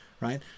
right